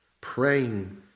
Praying